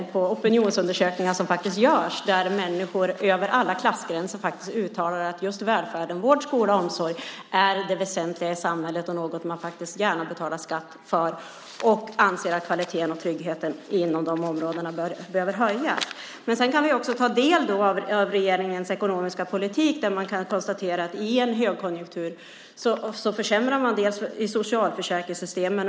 Man kan ta del av opinionsundersökningar där människor över alla klassgränser uttalar att välfärden, vård, skola och omsorg, är det väsentliga i samhället och något man gärna betalar skatt för och anser att kvaliteten och tryggheten inom de områdena behöver höjas. I regeringens ekonomiska politik ingår att försämra socialförsäkringssystemen under en högkonjunktur.